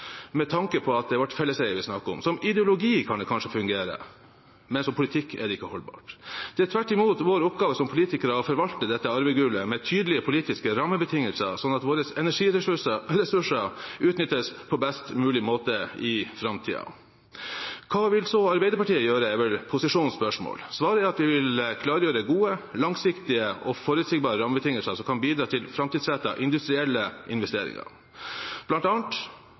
med tanke på at det er vårt felleseie vi snakker om. Som ideologi kan det kanskje fungere, men som politikk er det ikke holdbart. Det er tvert imot vår oppgave som politikere å forvalte dette arvegullet med tydelige politiske rammebetingelser, slik at våre energiressurser utnyttes på best mulig måte i framtiden. Hva vil så Arbeiderpartiet gjøre, er vel posisjonens spørsmål. Svaret er at vi vil klargjøre gode, langsiktige og forutsigbare rammebetingelser som kan bidra til framtidsrettede industrielle investeringer.